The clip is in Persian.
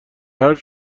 حرف